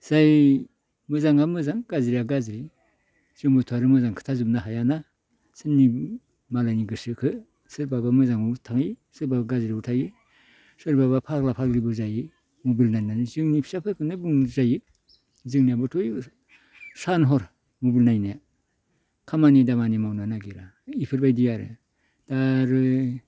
जाय मोजांआ मोजां गाज्रिआ गाज्रि जोंबोथ' आरो मोजां खोथाजोबनो हायाना सोरनि मालायनि गोसोखो सोरबा मोजाङाव थायो सोरबा गाज्रियाव थायो सोरबाबा फाग्ला फाग्लिबो जायो मबाइल नायनानै जोंनि फिसाफोरखोनो बुंजायो जोंनियाबोथ' सान हर मबाइल नायनाया खामानि दामानि मावनो नागिरा इफोरबायदि आरो दा आरो